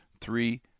three